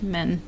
Men